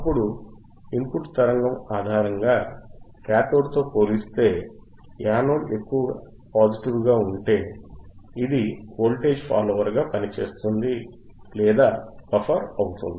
అప్పుడు ఇన్పుట్ తరంగము ఆధారంగా కాథోడ్ తో పోలిస్తే యానోడ్ ఎక్కువ పాజిటివ్ గా ఉంటే ఇది వోల్టేజ్ ఫాలోవర్ గా పని చేస్తుంది లేదా బఫర్ అవుతుంది